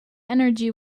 energy